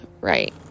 right